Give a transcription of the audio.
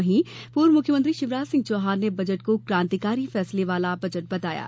वहीं पूर्व मुख्यमंत्री शिवराज सिंह चौहान ने बजट को कांतिकारी फैसले वाला बताया है